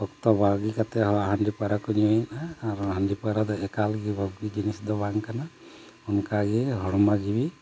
ᱚᱠᱛᱚ ᱵᱟᱹᱜᱤ ᱠᱟᱛᱮᱫ ᱦᱚᱸ ᱦᱟᱺᱰᱤ ᱯᱟᱹᱣᱨᱟᱹ ᱠᱚ ᱧᱩᱭᱮᱫᱟ ᱟᱨ ᱦᱟᱺᱰᱤ ᱯᱟᱹᱣᱨᱟᱹ ᱫᱚ ᱮᱠᱟᱞ ᱜᱮ ᱵᱩᱜᱤ ᱡᱤᱱᱤᱥ ᱫᱚ ᱵᱟᱝ ᱠᱟᱱᱟ ᱚᱱᱠᱟᱜᱮ ᱦᱚᱲᱢᱚ ᱡᱤᱣᱤ